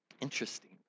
Interesting